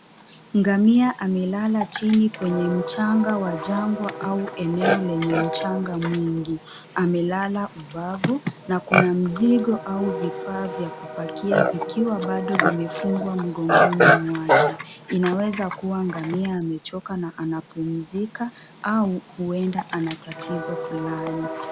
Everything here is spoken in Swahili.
Ngamia amelala chini kwenye mchanga wa jangwa au eneo lenye mchanga mwingi ,amelala ubafu na kuna mzigo au vifaa vya kupakiwa vikiwa bado vimefungwa mgongoni mwake inaweza kuwa ngamia amechoka na anapumzika au huenda ana tatizo fulani.